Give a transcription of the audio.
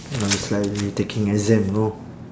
know it's like we taking exam know